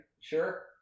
sure